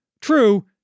True